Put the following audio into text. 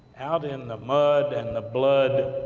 out in the mud, and the blood,